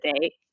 day